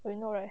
we not right